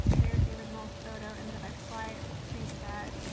there's the original photo and then if i apply the preset,